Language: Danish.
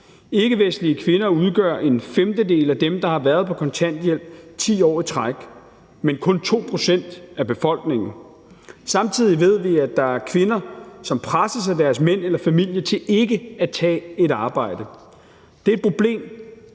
Ikkevestlige kvinder udgør en femtedel af dem, der har været på kontanthjælp 10 år i træk, men udgør kun 2 pct. af befolkningen. Samtidig ved vi, at der er kvinder, som presses af deres mænd eller familie til ikke at tage et arbejde. Det er et problem